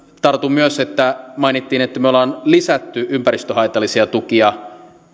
tartun myös mainittiin että me olemme lisänneet ympäristöhaitallisia tukia